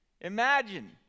Imagine